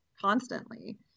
constantly